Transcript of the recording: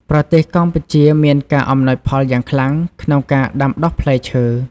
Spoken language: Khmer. ប្រទេសកម្ពុជាមានការអំណោយផលយ៉ាងខ្លាំងក្នុងការដាំដុះផ្លែឈើ។